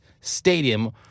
stadium